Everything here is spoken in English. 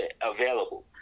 available